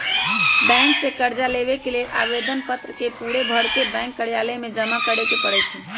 bank से कर्जा लेबे के लेल आवेदन पत्र के पूरे भरके बैंक कर्जालय में जमा करे के परै छै